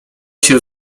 się